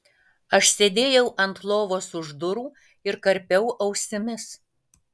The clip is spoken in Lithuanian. aš sėdėjau ant lovos už durų ir karpiau ausimis